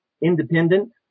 independent